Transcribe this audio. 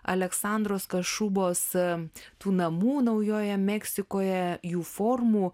aleksandros kašubos tų namų naujojoje meksikoje jų formų